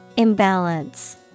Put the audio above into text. Imbalance